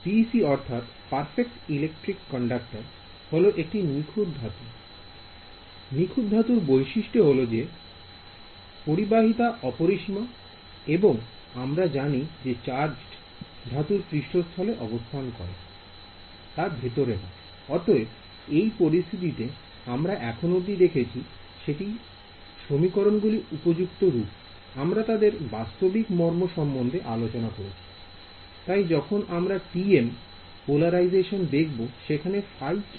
PEC অর্থাৎ perfect electric conductor হল একটি নিখুঁত ধাতু নিখুঁত ধাতুর বৈশিষ্ট্য হলো যে পরিবাহিতা অপরিসীম এবং আমরা জানি যে চার্জ ধাতুর পৃষ্ঠ স্থলে অবস্থান করে I অতএব যে প্রস্তুতি আমরা এখন অব্দি দেখেছি সেটি সমীকরণ গুলি উপযুক্ত রূপ I আমরা তাদের বাস্তবিক মর্ম সম্বন্ধে আলোচনা করেছি I তাই যখন আমরা TM পোলারাইজেশন দেখব সেখানে ϕ কি